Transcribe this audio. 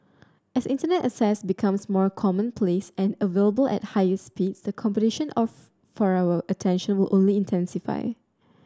as Internet access becomes more commonplace and available at higher speeds the competition of for our attention will only intensify